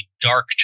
dark